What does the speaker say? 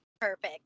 Perfect